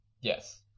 yes